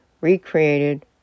recreated